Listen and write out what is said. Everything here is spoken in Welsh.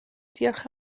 diolch